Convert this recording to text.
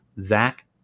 Zach